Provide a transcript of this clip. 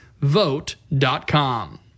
vote.com